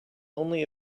only